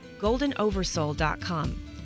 goldenoversoul.com